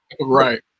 Right